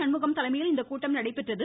சண்முகம் தலைமையில் இக்கூட்டம் நடைபெற்றது